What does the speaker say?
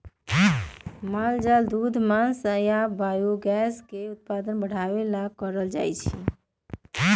माल जाल दूध मास आ बायोगैस के उत्पादन बढ़ाबे लेल पोसल जाइ छै